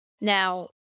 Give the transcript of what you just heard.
Now